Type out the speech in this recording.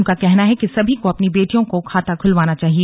उनका कहना है कि सभी को अपनी बेटियों के लिए खाता खुलवाना चाहिए